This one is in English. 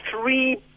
three